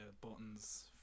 buttons